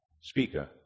speaker